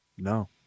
no